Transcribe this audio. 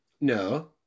No